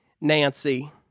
Nancy